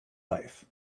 life